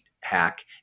hack